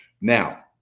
Now